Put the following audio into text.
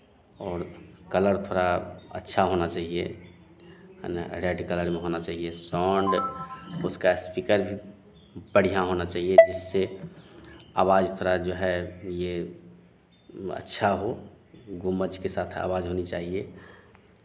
और कलर थोड़ा अच्छा होना चहिए है ना रेड कलर में होना चहिए साउंड उसका स्पीकर भी बढ़ियाँ होना चहिए जिससे आवाज थोड़ा जो है ये अच्छा हो गुमज के साथ आवाज होनी चाहिए